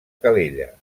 calella